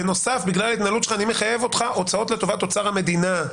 בנוסף בגלל ההתנהלות שלך אני מחייב אותך הוצאות לטובת אוצר המדינה.